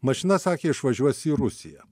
mašina sakė išvažiuos į rusiją